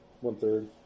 One-third